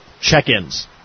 check-ins